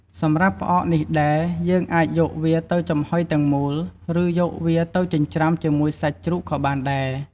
សម្រាប់ផ្អកនេះដែរ យើងអាចយកវាទៅចំហុយទាំងមូល ឬ យកវាទៅចិញ្ច្រាំជាមួយសាច់ជ្រូកក៏បានដែរ។